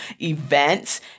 events